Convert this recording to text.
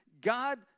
God